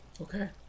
Okay